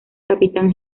capitán